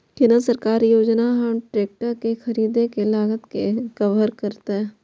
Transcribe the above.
कोन सरकारी योजना हमर ट्रेकटर के खरीदय के लागत के कवर करतय?